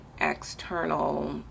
external